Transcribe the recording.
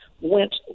went